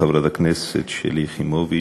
חברת הכנסת שלי יחימוביץ.